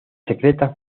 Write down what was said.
secreta